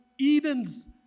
Eden's